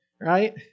right